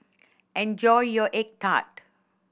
enjoy your egg tart